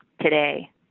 today